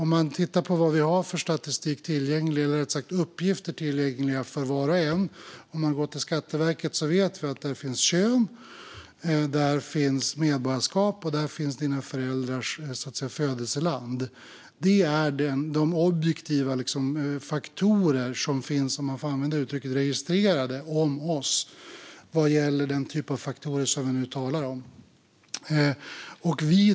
Man kan titta på vad det finns för tillgängliga uppgifter för var och en. Vi vet att det på Skatteverket finns uppgifter om kön och medborgarskap och att det finns uppgifter om dina föräldrars födelseland. Det är de objektiva faktorer, om man får använda det uttrycket, som finns registrerade om oss vad gäller den typ av faktorer som vi nu talar om.